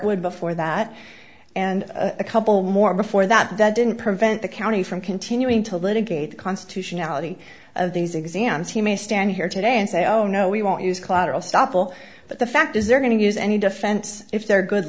would before that and a couple more before that that didn't prevent the county from continuing to litigate constitutionality of these exams he may stand here today and say oh no we won't use collateral stoppel but the fact is they're going to use any defense if they're good